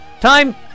time